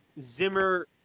Zimmer